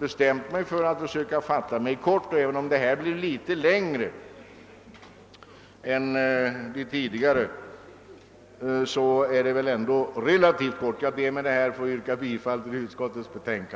bestämt mig för att försöka fatta mig kort, och även om detta anförande blev litet längre än det förra anförandet är det väl ändå relativt kort. Jag ber med detta, herr talman, att få yrka bifall till utskottets hemställan.